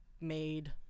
made